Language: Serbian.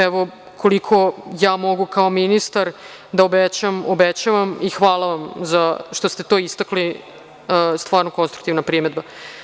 Evo, koliko mogu ja kao ministar da obećam, obećavam i hvala vam što ste to istakli, stvarno je to konstruktivna primedba.